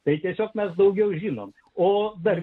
tai tiesiog mes daugiau žinome o dar